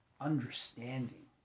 understanding